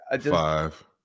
Five